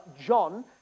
John